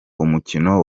umukino